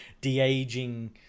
de-aging